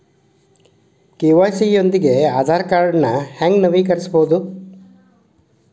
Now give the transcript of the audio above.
KYC ಯೊಂದಿಗ ಆಧಾರ್ ಕಾರ್ಡ್ನ ಹೆಂಗ ನವೇಕರಿಸಬೋದ